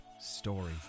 story